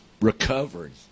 recovering